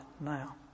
now